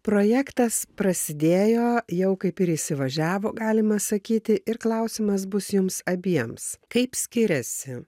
projektas prasidėjo jau kaip ir įsivažiavo galima sakyti ir klausimas bus jums abiems kaip skiriasi